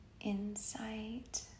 insight